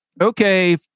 Okay